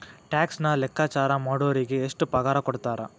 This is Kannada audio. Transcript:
ಟ್ಯಾಕ್ಸನ್ನ ಲೆಕ್ಕಾಚಾರಾ ಮಾಡೊರಿಗೆ ಎಷ್ಟ್ ಪಗಾರಕೊಡ್ತಾರ??